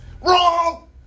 Wrong